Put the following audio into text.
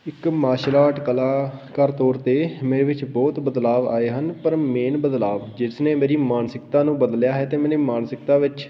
ਇੱਕ martial art ਕਲਾਕਾਰ ਤੌਰ 'ਤੇ ਮੇਰੇ ਵਿੱਚ ਬਹੁਤ ਬਦਲਾਵ ਆਏ ਹਨ ਪਰ ਮੇਨ ਬਦਲਾਵ ਜਿਸ ਨੇ ਮੇਰੀ ਮਾਨਸਿਕਤਾ ਨੂੰ ਬਦਲਿਆ ਹੈ ਅਤੇ ਮੇਰੀ ਮਾਨਸਿਕਤਾ ਵਿੱਚ